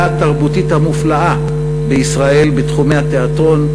התרבותית המופלאה בישראל בתחומי התיאטרון,